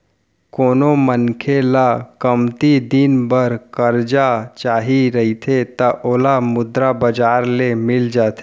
कोनो मनखे ल कमती दिन बर करजा चाही रहिथे त ओला मुद्रा बजार ले मिल जाथे